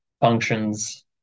functions